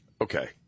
Okay